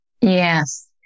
Yes